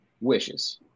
wishes